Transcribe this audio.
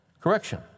correction